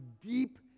deep